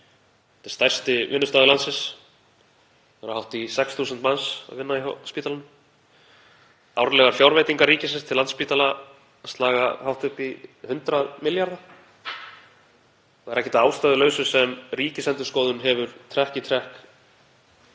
Þetta er stærsti vinnustaður landsins, það eru hátt í 6.000 manns sem vinna hjá spítalanum, árlegar fjárveitingar ríkisins til Landspítalans slaga hátt upp í 100 milljarða. Það er ekki að ástæðulausu sem Ríkisendurskoðun hefur trekk í trekk